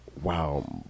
Wow